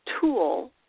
tool